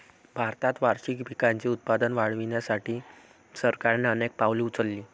भारतात वार्षिक पिकांचे उत्पादन वाढवण्यासाठी सरकारने अनेक पावले उचलली